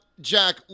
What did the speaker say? Jack